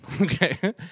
okay